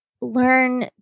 learn